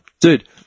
Dude